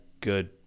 good